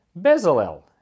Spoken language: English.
Bezalel